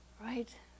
Right